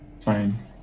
Fine